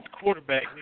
quarterback